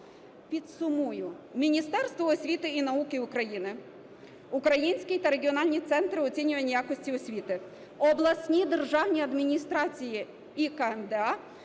Підсумую. Міністерство освіти і науки України, український та регіональні центри оцінювання якості освіти, обласні державні адміністрації і КМДА